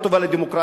לא טובה לדמוקרטיה.